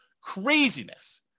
Craziness